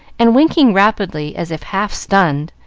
and winking rapidly, as if half stunned.